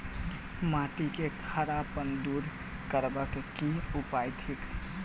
माटि केँ खड़ापन दूर करबाक की उपाय थिक?